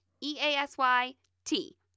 E-A-S-Y-T